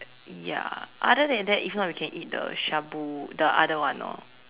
ya other than that if not we can eat the shabu the other one orh